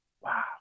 wow